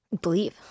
Believe